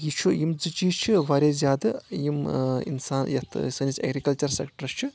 یہِ چھُ یِم زٕ چیٖز چھِ واریاہ زیادٕ یِم اِنسان یَتھ سٲنِس ایٚگرِکَلچَر سیٚکٹَر چھِ